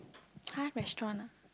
!huh! restaurant ah